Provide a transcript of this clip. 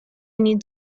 need